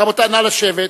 רבותי, נא לשבת.